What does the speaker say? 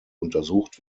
untersucht